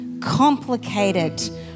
complicated